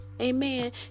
Amen